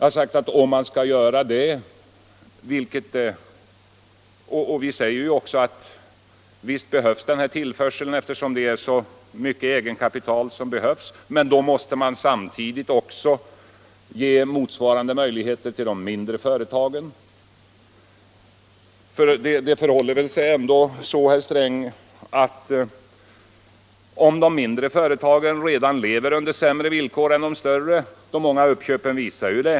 Visst är det nödvändigt med den tillförseln, eftersom det behövs så mycket eget kapital, men då måste man samtidigt ge motsvarande möjligheter till de mindre företagen. Det förhåller sig väl ändå så, herr Sträng, att de mindre företagen redan lever under sämre villkor än de större. De många uppköpen visar ju det.